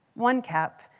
one cap,